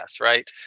right